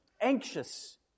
anxious